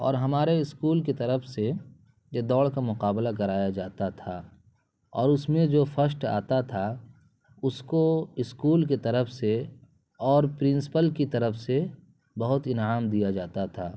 اور ہمارے اسکول کی طرف سے یہ دوڑ کا مقابلہ کرایا جاتا تھا اور اس میں جو فسٹ آتا تھا اس کو اسکول کی طرف سے اور پرنسپل کی طرف سے بہت انعام دیا جاتا تھا